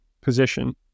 position